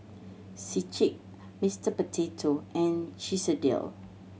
Schick Mister Potato and Chesdale